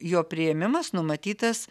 jo priėmimas numatytas